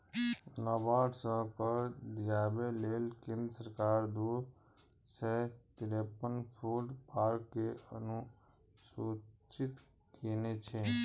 नाबार्ड सं कर्ज दियाबै लेल केंद्र सरकार दू सय तिरेपन फूड पार्क कें अधुसूचित केने छै